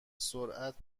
سرعت